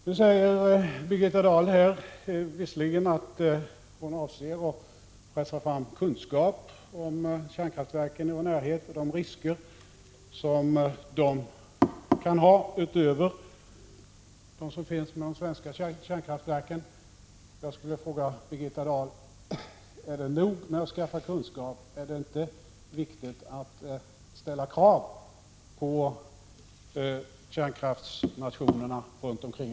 Nu säger Birgitta Dahl visserligen att hon avser att pressa fram kunskap om kärnkraftverken i vår närhet och om de risker som de kan innebära utöver de risker som finns på grund av de svenska kärnkraftverken. Jag skulle vilja fråga Birgitta Dahl: Är det nog med att skaffa kunskap, är det inte viktigt att ställa krav på kärnkraftsnationerna runt omkring?